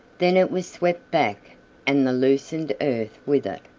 then it was swept back and the loosened earth with it.